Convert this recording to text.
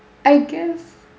I guess